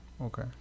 Okay